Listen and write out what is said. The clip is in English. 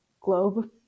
globe